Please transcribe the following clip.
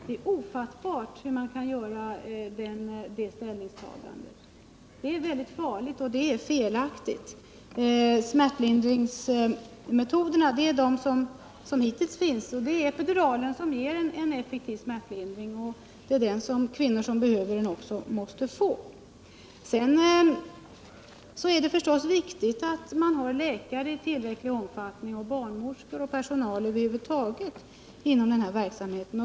Det är ofattbart hur man kan göra det ställningstagandet. Det är väldigt farligt och det är felaktigt. Epiduralblockaden ger en effektiv smärtlindring, och kvinnor som behöver den måste också få den. Det är förstås viktigt att det finns läkare, barnmorskor och övrig personal i tillräcklig omfattning inom den här verksamheten.